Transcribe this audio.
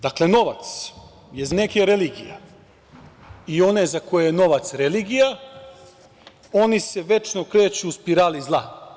Dakle, novac je za neke religija i oni za koje je novac religija, oni se večno kreću u spirali zla.